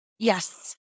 Yes